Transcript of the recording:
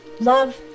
love